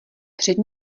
před